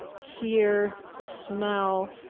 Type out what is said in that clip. hear, smell,